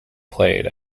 played